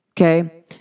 Okay